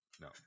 No